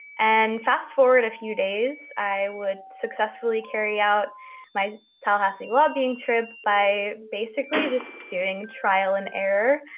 and fast forward a few days, i would successfully carry out my tallahassee lobbying trip by basically just doing trial and error.